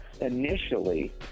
Initially